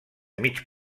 mig